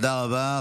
תודה רבה.